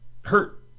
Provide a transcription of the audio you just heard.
hurt